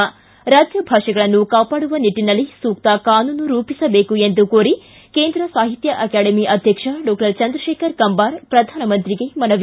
ಿ ರಾಜ್ಯ ಭಾಷೆಗಳನ್ನು ಕಾಪಾಡುವ ನಿಟ್ಟನಲ್ಲಿ ಸೂಕ್ತ ಕಾನೂನು ರೂಪಿಸಬೇಕು ಎಂದು ಕೋರಿ ಕೇಂದ್ರ ಸಾಹಿತ್ಯ ಅಕಾಡೆಮಿ ಅಧ್ಯಕ್ಷ ಡಾಕ್ಟರ್ ಚಂದ್ರಶೇಖರ ಕಂಬಾರ ಪ್ರಧಾನಮಂತ್ರಿಗೆ ಮನವಿ